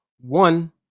one